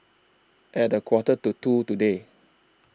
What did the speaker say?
At A Quarter to two today